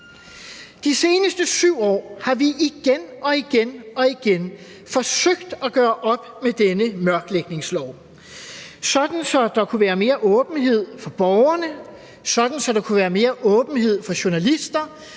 De seneste 7 år har vi igen og igen forsøgt at gøre op med denne mørklægningslov, sådan at der kunne være mere åbenhed for borgerne, sådan at der kunne være mere åbenhed for journalister,